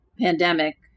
pandemic